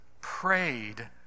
prayed